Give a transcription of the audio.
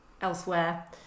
elsewhere